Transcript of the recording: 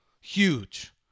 huge